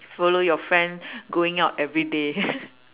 follow your friend going out every day